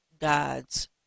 God's